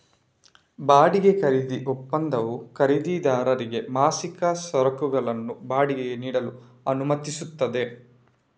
ಬಾಡಿಗೆ ಖರೀದಿ ಒಪ್ಪಂದವು ಖರೀದಿದಾರರಿಗೆ ಮಾಸಿಕ ಸರಕುಗಳನ್ನು ಬಾಡಿಗೆಗೆ ನೀಡಲು ಅನುಮತಿಸುತ್ತದೆ